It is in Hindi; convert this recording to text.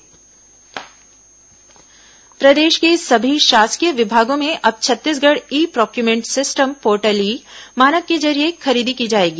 सीएसआईडीसी खरीदी प्रदेश के सभी शासकीय विभागों में अब Chhattisgarh e procurement system portal e मानक के जरिये खरीदी की जाएगी